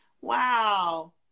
Wow